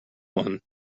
one